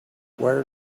where